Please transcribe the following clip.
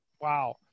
wow